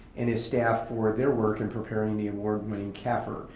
and his staff for their work in preparing the award winning cafr.